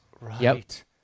Right